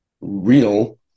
Real